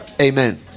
Amen